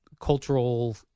cultural